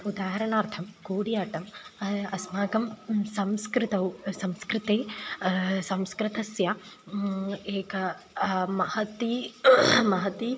उदाहरणार्थं कूडियाट्टम् अस्माकं संस्कृतेः संस्कृतेः संस्कृतेः एका महती महती